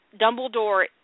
Dumbledore